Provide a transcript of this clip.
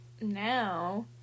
now